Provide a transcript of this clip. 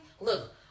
look